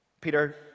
Peter